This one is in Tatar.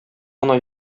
гына